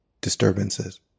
disturbances